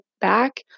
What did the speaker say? back